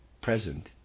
present